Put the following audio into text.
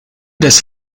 des